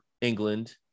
England